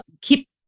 keep